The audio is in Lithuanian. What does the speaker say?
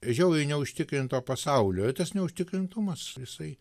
žiauriai neužtikrinto pasaulio ir tas neužtikrintumas jisai